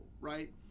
Right